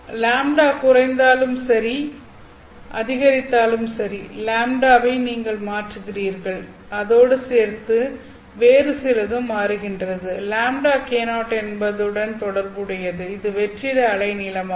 λ குறைந்தாலும் சரி அதிகரித்தாலும் சரி λ வை நீங்கள் மாற்றுகிறீர்கள் அதோடு சேர்ந்து வேறு சிலதும் மாறுகின்றது λ k0 என்பது உடன் தொடர்புடையது இது வெற்றிட அலை நீளம் ஆகும்